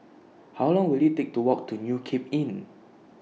How Long Will IT Take to Walk to New Cape Inn